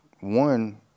One